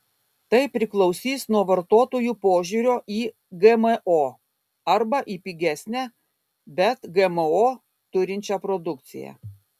tai priklausys nuo vartotojų požiūrio į gmo arba į pigesnę bet gmo turinčią produkciją